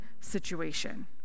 situation